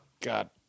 God